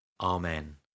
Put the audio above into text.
Amen